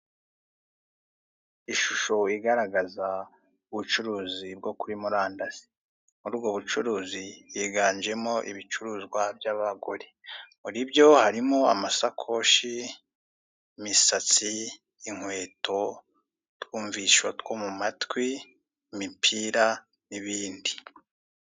Ishusho igaragaza ubucuruzi bwo kuri murandasi, muri ubwo bucuruzi higanjemo ibicuruzwa by'abagore. Muribyo harimo amasakoshi, imisatsi, inkweto, utwumvisho two mu matwi, imipira n'ibindi.